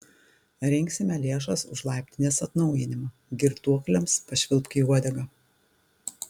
rinksime lėšas už laiptinės atnaujinimą girtuokliams pašvilpk į uodegą